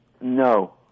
no